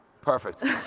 Perfect